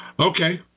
Okay